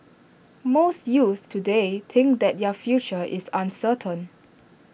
most youths today think that their future is uncertain